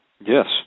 Yes